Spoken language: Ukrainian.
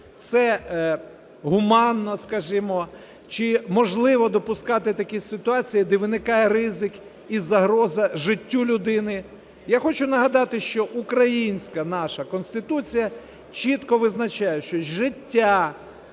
це гуманно, скажімо, чи можливо допускати такі ситуації, де виникає ризик і загроза життю людини? Я хочу нагадати, що українська наша Конституція чітко визначає, що життя